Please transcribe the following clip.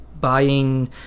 buying